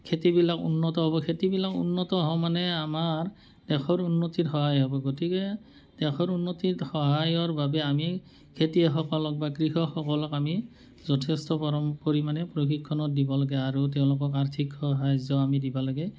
খেতিবিলাক উন্নত হ'ব খেতিবিলাক উন্নত হোৱা মানে আমাৰ দেশৰ উন্নতিত সহায় হ'ব গতিকে দেশৰ উন্নতিৰ সহায়ৰ বাবে আমি খেতিয়কসকলক বা কৃষকসকলক আমি যথেষ্ট পৰিমাণে প্ৰশিক্ষণত দিব লাগে আৰু তেওঁলোকক আৰ্থিক সাহায্যও আমি দিব লাগে